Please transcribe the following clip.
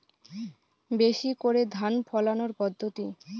বেশি করে ধান ফলানোর পদ্ধতি?